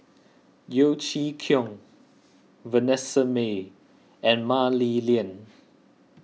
Yeo Chee Kiong Vanessa Mae and Mah Li Lian